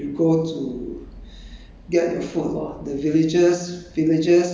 and then we go bintebat bintebat is you go to